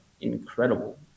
incredible